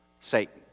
Satan